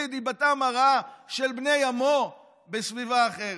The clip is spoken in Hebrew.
את דיבתם הרעה של בני עמו בסביבה אחרת,